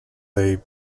they